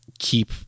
keep